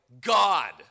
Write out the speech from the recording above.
God